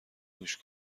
گوش